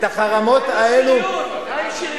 את החרמות האלה, מה עם שריון?